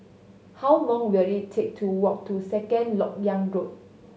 how long will it take to walk to Second Lok Yang Road